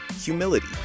humility